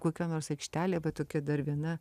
kokia nors aikštelė va tokia dar viena